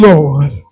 Lord